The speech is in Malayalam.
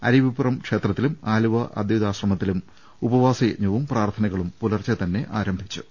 അരുവിപ്പുറം ക്ഷേത്ര ത്തിലും ആലുവ അദ്വൈതാശ്രമത്തിലും ഉപവാസ യജ്ഞവും പ്രാർത്ഥന കളും പുലർച്ചെ ആരംഭിച്ചു